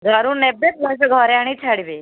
ଘରୁ ନେବେ ପୁଣି ସେ ଘରେ ଆଣି ଛାଡ଼ିବେ